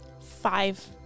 Five